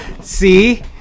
See